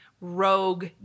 rogue